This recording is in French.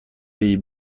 pays